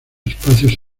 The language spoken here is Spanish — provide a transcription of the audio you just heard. espacios